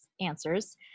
answers